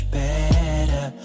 better